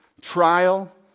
trial